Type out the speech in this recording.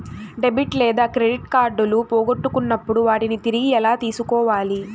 debit లేదా credit కార్డులు పోగొట్టుకున్నప్పుడు వాటిని తిరిగి ఎలా తీసుకోవాలి